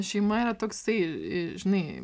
šeima yra toksai i žinai